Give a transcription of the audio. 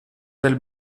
del